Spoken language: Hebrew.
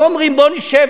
לא אומרים: בוא נשב,